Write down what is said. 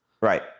Right